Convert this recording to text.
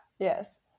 Yes